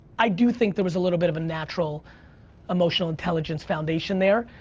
i do think there was a little bit of a natural emotional intelligence foundation there,